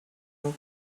coke